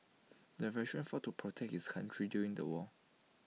the veteran fought to protect his country during the war